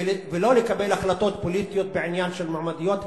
ולא לקבל החלטות פוליטיות בעניין מועמדויות,